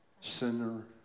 sinner